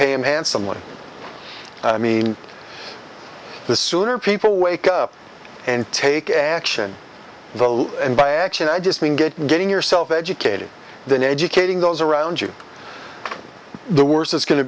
pay him handsomely i mean the sooner people wake up and take action the law and by action i just mean getting getting yourself educated than educating those around you the worse it's going to